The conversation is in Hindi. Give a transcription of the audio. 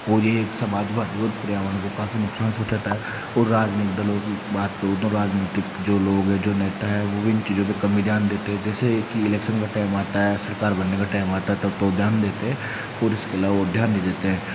और ये एक समाजवादी और पर्यावरण को काफी नुकसान पहुँचाता है और राजनीतिक दलों की बात करूँ तो राजनैतिक जो लोग है जो नेता है वो इन चीज़ों पर काम ही ध्यान देते है जैसे की इलेक्शन का टाइम आता है सरकार बनने का टाइम आता है तब तो वह ध्यान देते हैं और इसके अलावा वह ध्यान नहीं देते हैं